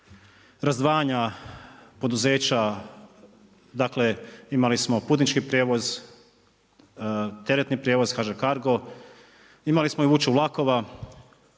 razdvajanja poduzeća, dakle imali smo putnički prijevoz, teretni prijevoz, HŽ Cargo, imali smo i vuču vlakova